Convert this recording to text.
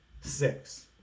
Six